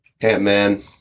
Ant-Man